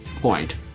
point